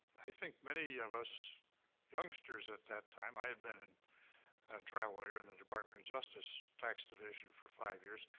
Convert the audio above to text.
i think many of us youngsters at that time, i had been a trial lawyer in the department of justice tax division for five years,